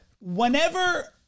whenever